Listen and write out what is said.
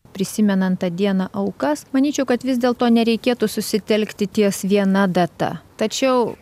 prisimenant tą dieną aukas manyčiau kad vis dėlto nereikėtų susitelkti ties viena data tačiau